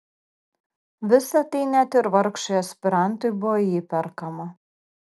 visa tai net ir vargšui aspirantui buvo įperkama